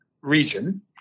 region